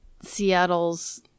Seattle's